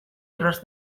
erraz